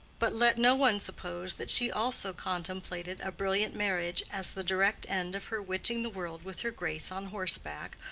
but let no one suppose that she also contemplated a brilliant marriage as the direct end of her witching the world with her grace on horseback,